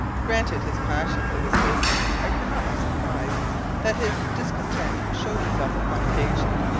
granted his passion for this business, i could not be surprised that his discontent showed itself upon occasion.